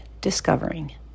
discovering